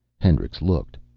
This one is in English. hendricks looked.